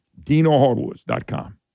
DinoHardwoods.com